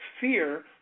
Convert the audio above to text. fear